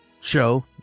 show